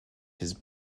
his